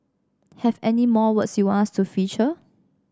have any more words you want us to feature